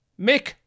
Mick